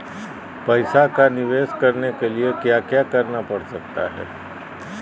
पैसा का निवेस करने के लिए क्या क्या करना पड़ सकता है?